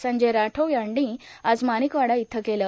संजय राठोड यांनी आज माणिकवाडा इथं केलं